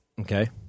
Okay